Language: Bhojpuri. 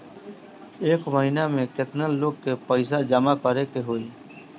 एक महिना मे केतना लोन क पईसा जमा करे क होइ?